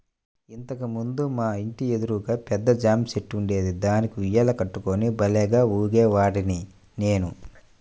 ఇంతకు ముందు మా ఇంటి ఎదురుగా పెద్ద జాంచెట్టు ఉండేది, దానికి ఉయ్యాల కట్టుకుని భల్లేగా ఊగేవాడ్ని నేను